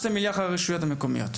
2 מיליארד ברשויות המקומיות.